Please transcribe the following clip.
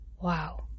wow